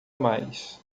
mais